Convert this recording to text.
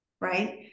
Right